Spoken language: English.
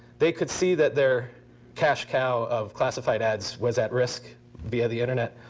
they could see that their cash cow of classified ads was at risk via the internet.